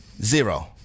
zero